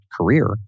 career